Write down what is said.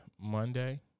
Monday